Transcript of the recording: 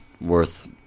worth